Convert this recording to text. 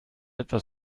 etwas